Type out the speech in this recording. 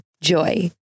Joy